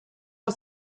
was